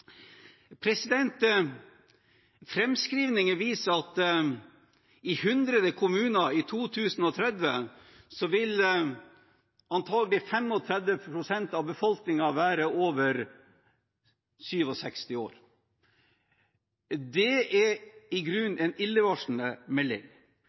viser at i 100 kommuner vil i 2030 antakelig 35 pst. av befolkningen være over 67 år. Det er i